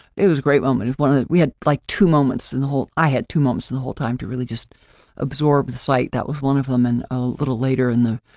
it was great moment when we had like two moments in the whole i had two moments in the whole time to really just absorb the site that was one of them. and a little later in the,